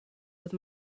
with